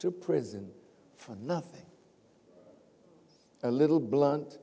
to prison for nothing a little blunt